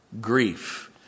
grief